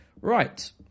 Right